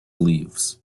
leaves